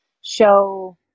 show